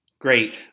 Great